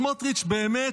סמוטריץ' באמת,